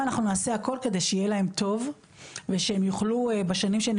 אנחנו נעשה הכל כדי שיהיה להם טוב ושהם יוכלו בשנים שהם